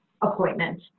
appointment